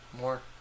more